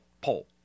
poll